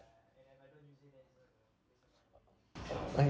I